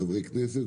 כחברי כנסת,